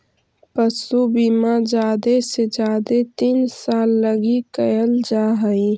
पशु बीमा जादे से जादे तीन साल लागी कयल जा हई